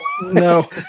no